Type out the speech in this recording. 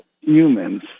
humans